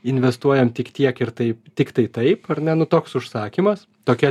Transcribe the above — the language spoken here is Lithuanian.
investuojam tik tiek ir taip tiktai taip ar ne nu toks užsakymas tokia